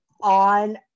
on